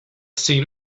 seen